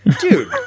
Dude